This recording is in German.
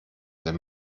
wenn